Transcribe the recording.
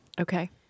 Okay